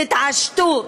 תתעשתו.